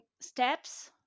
steps